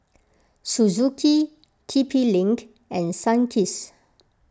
Suzuki T P link and Sunkist